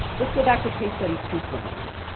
let's go back to case study two for a moment.